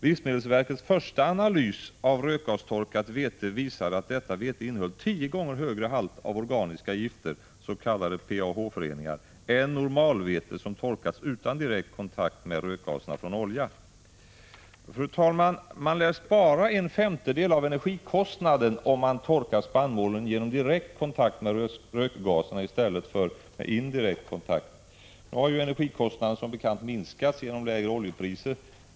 Livsmedelsverkets första analys av rökgastorkat vete visade att detta vete innhöll tio gånger högre halter av organiska gifter, s.k. PAH-föreningar, än normalvete som torkats utan direkt kontakt med rökgaserna från olja. Fru talman! Man lär spara en femtedel av energikostnaden om man torkar spannmålen genom direkt kontakt med rökgaserna i stället för genom indirekt kontakt. Nu har ju energikostnaden som bekant minskats genom lägre oljepriser.